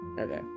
Okay